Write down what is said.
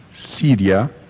Syria